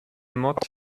mod